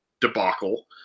debacle